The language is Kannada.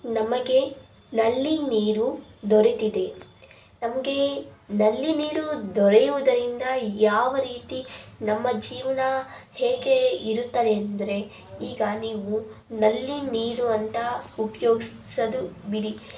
ನಮಗೆ ನಲ್ಲಿ ನೀರು ದೊರೆತಿದೆ ನಮ್ಗೆ ನಲ್ಲಿ ನೀರು ದೊರೆಯುವುದರಿಂದ ಯಾವ ರೀತಿ ನಮ್ಮ ಜೀವ್ನ ಹೇಗೆ ಇರುತ್ತದೆಂದರೆ ಈಗ ನೀವು ನಲ್ಲಿ ನೀರು ಅಂತ ಉಪಯೋಗ್ಸೋದು ಬಿಡಿ